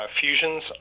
fusions